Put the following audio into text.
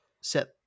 set